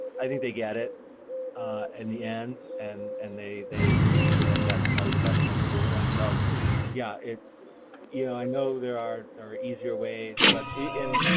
i think they get it in the end, and and they they agree that that's probably the best thing for them. so yeah, you know i know there are are easier ways, but in.